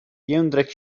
jędrek